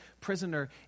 prisoner